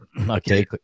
Okay